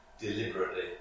deliberately